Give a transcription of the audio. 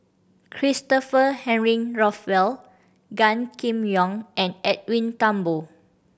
Christopher Henry Rothwell Gan Kim Yong and Edwin Thumboo